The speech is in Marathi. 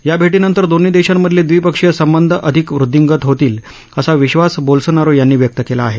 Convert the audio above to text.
या भेटीनंतर दोन्ही देशांमधले द्विपक्षीय संबंध अधिक वृद्धींगत होतील असा विश्वास बोल्सोनारो यांनी व्यक्त केला आहे